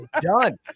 done